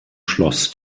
schloss